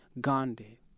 Gandhi